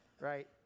right